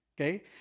Okay